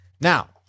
Now